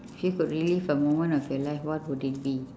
if you could relive a moment of your life what would it be